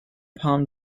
palm